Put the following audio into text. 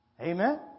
Amen